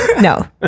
No